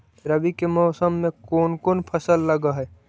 रवि के मौसम में कोन कोन फसल लग है?